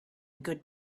good